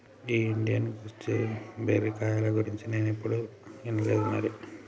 ఈ Indian gooseberry కాయల గురించి నేనేప్పుడు ఇనలేదు మరి